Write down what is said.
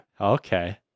Okay